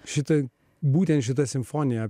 šitai būtent šita simfonija